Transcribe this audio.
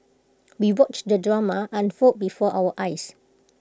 we watched the drama unfold before our eyes